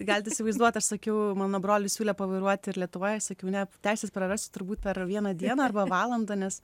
galite įsivaizduot aš sakiau mano brolis siūlė pavairuoti ir lietuvoje sakiau ne teisės prarasiu turbūt per vieną dieną arba valandą nes